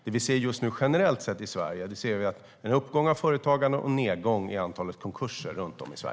Det vi ser just nu generellt i Sverige är en uppgång i företagande och en nedgång i antalet konkurser.